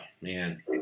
man